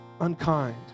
unkind